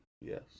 yes